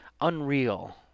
unreal